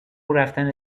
رفتن